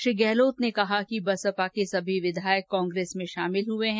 श्री गहलोत ने कहा कि बसपा के सभी विधायक कांग्रेस में शामिल हुए हैं